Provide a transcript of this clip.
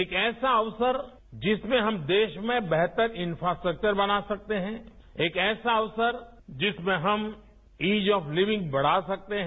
एक ऐसा अवसर जिसमें हम देश में बेहतर इंफ्रास्ट्रक्चर बना सकते हैं एक ऐसा अवसर जिसमें हम इज ऑफ लिविंग का बढ़ा सकते हैं